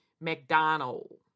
McDonald